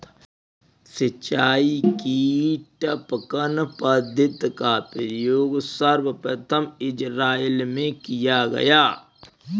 सिंचाई की टपकन पद्धति का प्रयोग सर्वप्रथम इज़राइल में किया गया